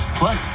plus